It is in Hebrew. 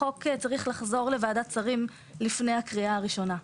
החוק צריך לחזור לוועדת השרים לפני הקריאה הראשונה.